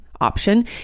option